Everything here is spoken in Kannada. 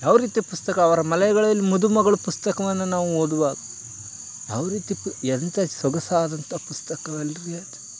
ಯಾವರೀತಿಯ ಪುಸ್ತಕ ಅವರ ಮಲೆಗಳಲ್ಲಿ ಮದುಮಗಳು ಪುಸ್ತಕವನ್ನು ನಾವು ಓದುವಾಗ ಯಾವರೀತಿ ಪು ಎಂಥ ಸೊಗಸಾದಂತಹ ಪುಸ್ತಕ ಅಲ್ಲ ರೀ ಅದು